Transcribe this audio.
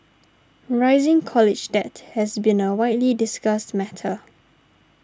rising college debt has been a widely discussed matter